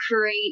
create